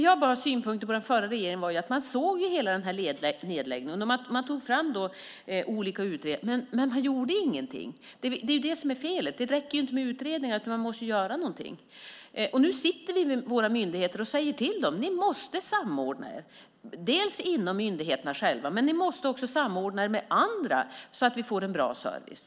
Jag har synpunkter på den förra regeringen för att man såg hela den här nedläggningen och tog fram olika utredningar, men inte gjorde någonting. Det är det som var felet. Det räcker ju inte med utredningar. Man måste ju göra något. Nu sitter vi med myndigheterna och säger åt dem att de måste samordna sig, både inom myndigheterna och med andra så att vi får en bra service.